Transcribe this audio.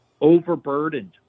overburdened